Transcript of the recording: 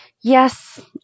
Yes